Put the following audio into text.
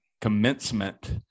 commencement